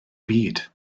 byd